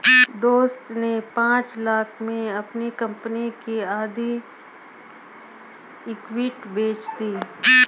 दोस्त ने पांच लाख़ में अपनी कंपनी की आधी इक्विटी बेंच दी